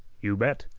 you bet!